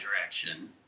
direction